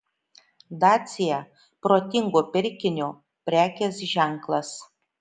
dacia protingo pirkinio prekės ženklas